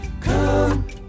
Come